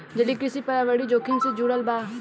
जलीय कृषि पर्यावरणीय जोखिम से जुड़ल बा